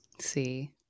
See